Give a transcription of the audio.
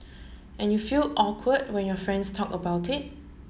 and you feel awkward when your friends talk about it